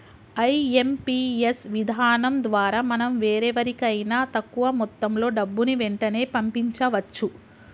IMPS విధానం ద్వారా మనం వేరెవరికైనా తక్కువ మొత్తంలో డబ్బుని వెంటనే పంపించవచ్చు